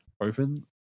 open